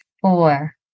four